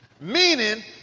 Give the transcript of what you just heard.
Meaning